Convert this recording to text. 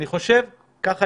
אני בא